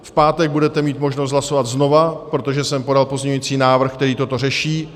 V pátek budete mít možnost hlasovat znovu, protože jsem podal pozměňovací návrh, který toto řeší.